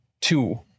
two